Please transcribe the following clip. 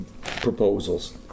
proposals